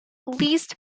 least